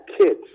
kids